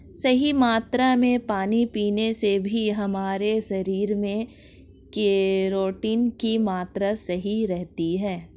सही मात्रा में पानी पीने से भी हमारे शरीर में केराटिन की मात्रा सही रहती है